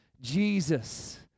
Jesus